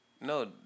No